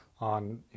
on